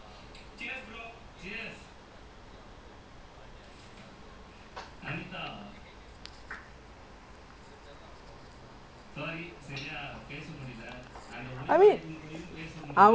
err இன்னைக்கு வந்து நினைக்குற அந்த:innaikku vanthu ninnaikkura antha ziya வந்து கொஞ்ச:vanthu konja salty ஆயிட்ட ஏனா வந்து:aayitta yaenaa vanthu like I mean okay maybe நம்ம ஒரு தடவ அவன:namma oru thadava avana follow பண்ணிருப்போம்:panniruppom but maybe one two times is okay I mean that's normal in football [what] it's not like we purposely go for it late